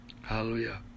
Hallelujah